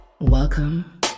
Welcome